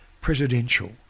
presidential